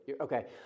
Okay